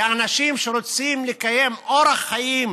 לאנשים שרוצים לקיים אורח חיים